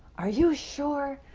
are you sure?